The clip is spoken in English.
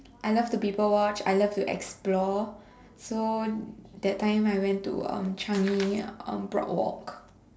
I love to people watch I love to explore so that time I went to um Changi um Broadwalk